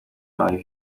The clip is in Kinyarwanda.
marie